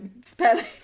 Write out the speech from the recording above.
spelling